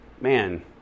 man